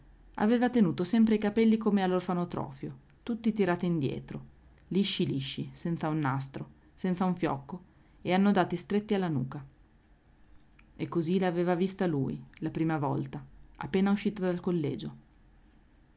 aveva tenuto sempre i capelli come all'orfanotrofio tutti tirati indietro lisci lisci senza un nastro senza un fiocco e annodati stretti alla nuca e così la aveva vista lui la prima volta appena usata di collegio